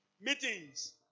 meetings